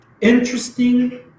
interesting